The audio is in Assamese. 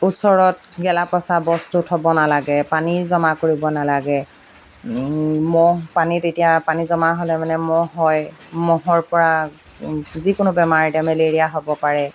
ওচৰত গেলা পচা বস্তু থব নালাগে পানী জমা কৰিব নালাগে মহ পানীত এতিয়া পানী জমা হ'লে মানে মহ হয় মহৰ পৰা যিকোনো বেমাৰ এতিয়া মেলেৰিয়া হ'ব পাৰে